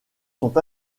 sont